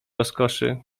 rozkoszy